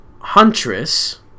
Huntress